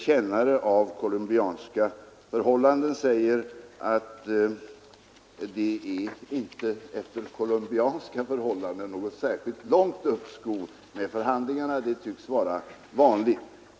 Kännare av Colombia säger att det inte efter colombianska förhållanden är något särskilt långt uppskov med förhandlingarna. Sådana uppskov tycks vara vanliga.